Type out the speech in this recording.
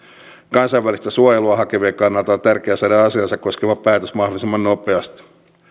kansainvälistä suojelua hakevien kannalta on tärkeää saada asiaansa koskeva päätös mahdollisimman nopeasti